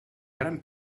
gran